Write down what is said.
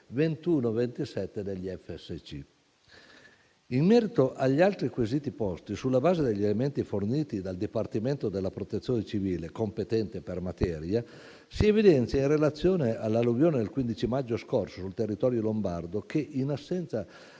e la coesione. In merito agli altri quesiti posti, sulla base degli elementi forniti dal Dipartimento della protezione civile, competente per materia, si evidenzia, in relazione all'alluvione del 15 maggio scorso sul territorio lombardo, che in assenza